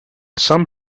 some